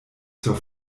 zur